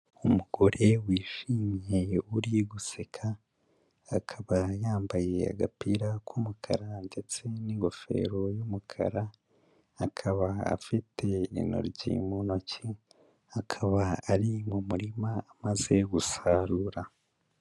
Umugore wishimye uri guseka, akaba yambaye agapira k'umukara ndetse n'ingofero y'umukara, akaba afite intoryi mu ntoki, akaba ari mu murima amaze gusarura.